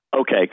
Okay